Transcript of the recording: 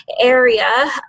area